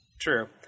True